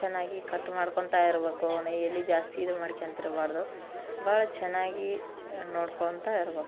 ಚೆನ್ನಾಗಿ ಕಟ್ ಮಾಡ್ಕೊತ ಇರಬೇಕು ನ ಎಲ್ಲಿ ಜಾಸ್ತಿ ಇದು ಮಾಡ್ಕ್ಯಂತ ಇರಬಾರ್ದು ಭಾಳ ಚೆನ್ನಾಗಿ ನೋಡ್ಕೋತ ಇರಬೇಕು